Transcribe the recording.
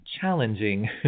challenging